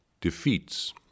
Defeats